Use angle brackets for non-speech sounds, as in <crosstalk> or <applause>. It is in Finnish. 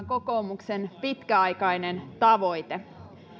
<unintelligible> kokoomuksen pitkäaikainen tavoite